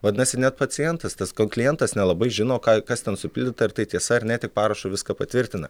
vadinasi net pacientas tas ko klientas nelabai žino ką kas ten supildyta ar tai tiesa ar ne tik parašu viską patvirtina